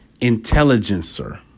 Intelligencer